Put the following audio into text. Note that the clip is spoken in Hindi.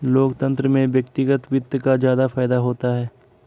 लोकतन्त्र में व्यक्तिगत वित्त का ज्यादा फायदा होता है